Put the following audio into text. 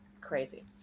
crazy